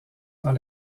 dans